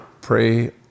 pray